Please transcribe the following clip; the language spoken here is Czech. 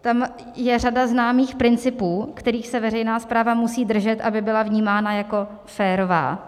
Tam je řada známých principů, kterých se veřejná správa musí držet, aby byla vnímána jako férová.